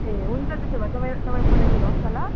ए हुन्छ त्यसो भए तपाईँ तपाईँ पठाइदिनु होस् न ल